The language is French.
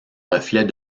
reflets